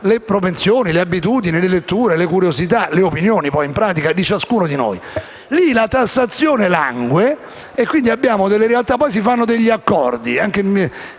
le propensioni, le abitudini, le letture, le curiosità, in pratica le opinioni di ciascuno di noi. Lì la tassazione langue e quindi abbiamo delle realtà... Poi si fanno degli accordi,